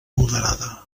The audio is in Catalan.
moderada